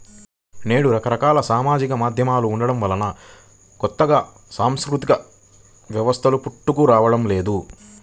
నేడు రకరకాల సామాజిక మాధ్యమాలు ఉండటం వలన కొత్తగా సాంస్కృతిక సంస్థలు పుట్టుకురావడం లేదు